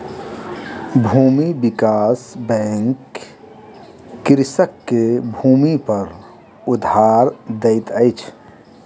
भूमि विकास बैंक कृषक के भूमिपर उधार दैत अछि